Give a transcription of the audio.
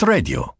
Radio